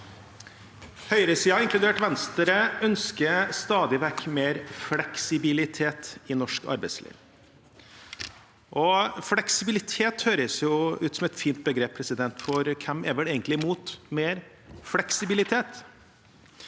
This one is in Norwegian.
Venstre ønsker stadig vekk mer fleksibilitet i norsk arbeidsliv. Fleksibilitet høres ut som et fint begrep, for hvem er vel egentlig imot mer fleksibilitet?